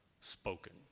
spoken